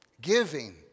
Giving